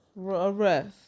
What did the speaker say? arrest